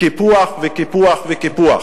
קיפוח וקיפוח וקיפוח.